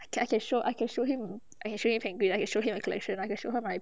I can show I can show him I can show him technically show him my collection and I can show her mine